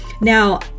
Now